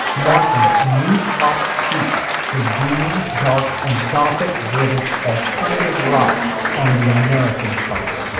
marking a new pop peak for dooming dark and gothic british alternative rock on the american charts.